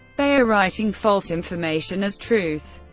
they are writing false information as truth.